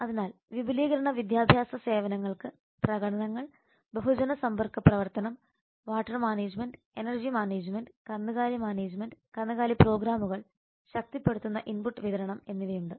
അതിനാൽ വിപുലീകരണ വിദ്യാഭ്യാസ സേവനങ്ങൾക്ക് പ്രകടനങ്ങൾ ബഹുജന സമ്പർക്ക പ്രവർത്തനം വാട്ടർ മാനേജ്മെന്റ് എനർജി മാനേജ്മെന്റ് കന്നുകാലി മാനേജ്മെന്റ് കന്നുകാലി പ്രോഗ്രാമുകൾ ശക്തിപ്പെടുത്തുന്ന ഇൻപുട്ട് വിതരണം എന്നിവയുണ്ട്